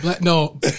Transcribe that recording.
No